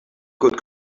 good